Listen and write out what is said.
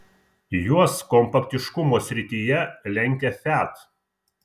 juos kompaktiškumo srityje lenkia fiat